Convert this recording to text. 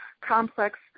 complex